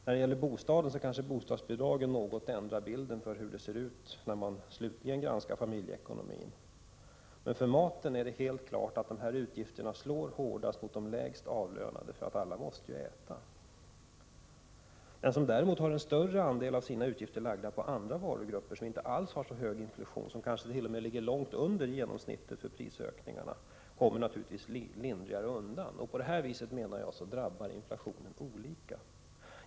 När det gäller bostaden ändrar kanske bostadsbidragen bilden av familjeekonomin vid en slutlig granskning, men det är helt klart att utgifterna för maten drabbar de lägst avlönade hårdast — alla måste ju äta. Den som däremot lägger en större andel av sina utgifter på andra varugrupper, där inflationen inte är så hög — den kanske t.o.m. ligger långt under genomsnittet för prisökningarna — kommer naturligtvis lindrigare undan. På det viset drabbar inflationen olika.